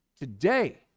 today